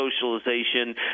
socialization